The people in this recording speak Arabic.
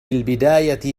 البداية